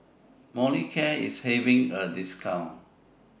Molicare IS having A discount